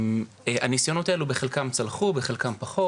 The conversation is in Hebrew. הנסיונות האלו בחלקם צלחו, בחלקם פחות.